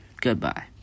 Goodbye